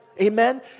Amen